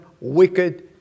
wicked